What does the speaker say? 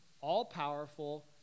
all-powerful